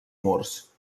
murs